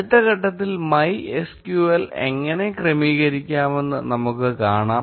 അടുത്ത ഘട്ടത്തിൽ MySQL എങ്ങനെ ക്രമീകരിക്കാമെന്ന് നമുക്ക് കാണാം